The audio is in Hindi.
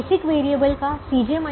बेसिक वेरिएबल का 0 है